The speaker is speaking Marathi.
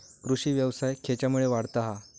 कृषीव्यवसाय खेच्यामुळे वाढता हा?